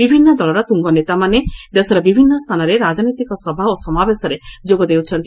ବିଭିନ୍ନ ଦଳର ତୁଙ୍ଗ ନେତାମାନେ ଦେଶର ବିଭିନ୍ନ ସ୍ଥାନରେ ରାଜନୈତିକ ସଭା ଓ ସମାବେଶରେ ଯୋଗ ଦେଉଛନ୍ତି